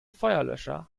feuerlöscher